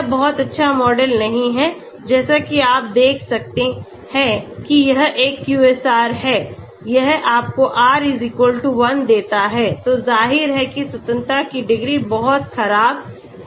यह बहुत अच्छा मॉडल नहीं है जैसा कि आप देख सकते हैं कि यह एक QSAR है यह आपको R 1 देता है तो जाहिर है कि स्वतंत्रता की डिग्री बहुत खराब है